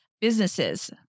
businesses